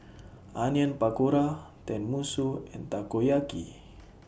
Onion Pakora Tenmusu and Takoyaki